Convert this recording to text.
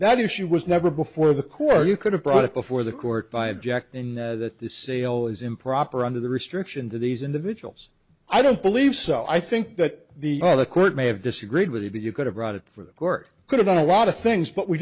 that issue was never before the core you could have brought it before the court by object in that the sale is improper under the restriction to these individuals i don't believe so i think that the court may have disagreed with you that you could have brought it for the court could have done a lot of things but we